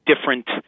different